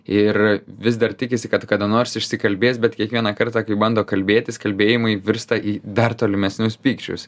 ir vis dar tikisi kad kada nors išsikalbės bet kiekvieną kartą kai bando kalbėtis kalbėjimai virsta į dar tolimesnius pykčius